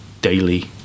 daily